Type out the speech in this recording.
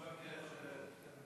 אני מבקש.